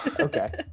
Okay